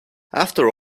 after